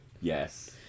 Yes